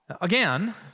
Again